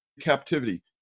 captivity